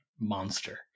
monster